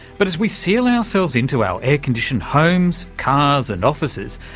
but as we seal ourselves into our air-conditioned homes, cars and offices,